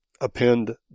append